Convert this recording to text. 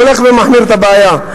זה הולך ומחמיר את הבעיה.